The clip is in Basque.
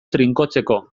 trinkotzeko